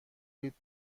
لیتر